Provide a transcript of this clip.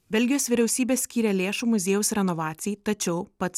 belgijos vyriausybė skyrė lėšų muziejaus renovacijai tačiau pats